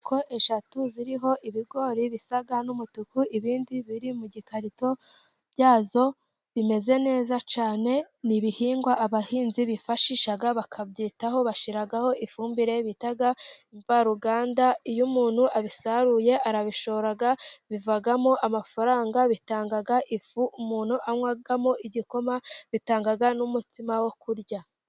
Inkoko eshatu ziriho ibigori biza n'utuku, ibindi biri mu gikarito cyabyo, bimeze neza cyane, nibihingwa abahinzi bifashisha, bakabyitaho bashiramo ifumbire bita imvaruganda, iyo umuntu abisaruye arabishora bivamo amafaranga, bitanga ifu umuntu anywamo igikoma, bitanga n'umnsima wo kurya.